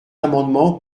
amendement